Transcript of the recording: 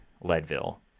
Leadville